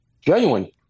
genuine